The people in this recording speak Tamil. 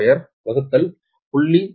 0548